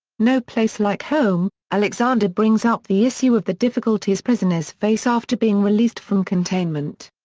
no place like home alexander brings up the issue of the difficulties prisoners face after being released from containment.